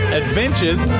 adventures